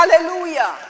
hallelujah